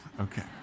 Okay